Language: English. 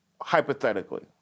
hypothetically